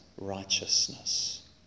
righteousness